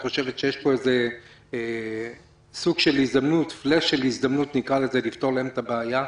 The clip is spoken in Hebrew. את חושבת שיש פה איזה סוג של הזדמנות לפתור להם את הבעיה?